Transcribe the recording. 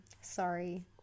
sorry